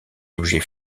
objets